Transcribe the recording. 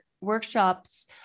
workshops